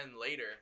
later